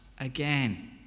again